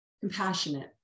compassionate